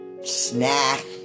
Snack